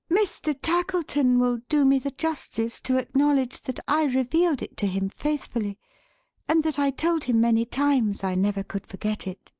mr. tackleton will do me the justice to acknowledge that i revealed it to him faithfully and that i told him, many times, i never could forget it,